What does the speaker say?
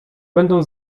będą